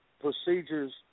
procedures